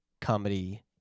comedy